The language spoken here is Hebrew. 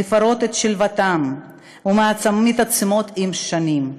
מפרות את שלוותם ומתעצמות עם השנים.